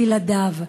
"בלעדיו.